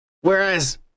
Whereas